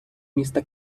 міста